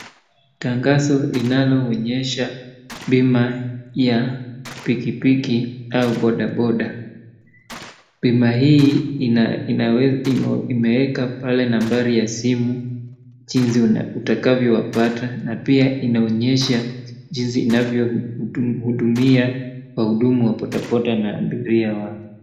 Tangazo linaloonyeshabima ya pikipiki au bodaboda. Bima hii imeweka pale nambari ya simu, jinsi atavyowapata na pia imeonyesha jinsi inayotumia wahudumu wa bodaboda na abiria abiria wa.